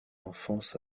enfance